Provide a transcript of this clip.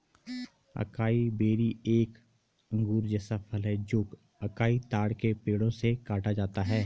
acai berry एक अंगूर जैसा फल है जो अकाई ताड़ के पेड़ों से काटा जाता है